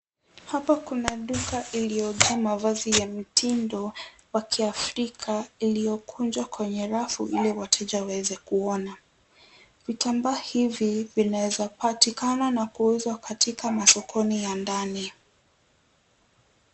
Hapa kuna duka iliyojaa mavazi ya mitindo wa kiafrika, iliokunjwa kwenye rafu ili wateja waweze kuona. Vitambaa hivi vinaezapatikana na kuuzwa katika masokoni ya ndani.